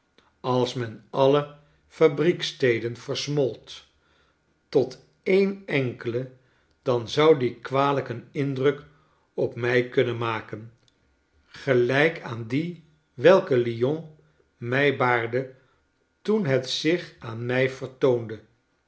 als men alle fabrieksteden versmolt tot een enkele dan zou die kwalijk een indruk op mij kunnenmaken gelijk aan dien welken lyon mij baarde toen het zich aan mij vertoonde